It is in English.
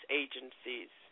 agencies